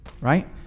Right